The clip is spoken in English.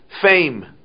fame